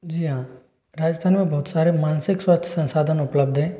जी हाँ राजस्थान में बहुत सारे मानसिक स्वास्थ्य संसाधन उपलब्ध हैं